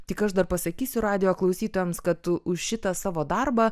tik aš dar pasakysiu radijo klausytojams kad už šitą savo darbą